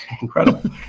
incredible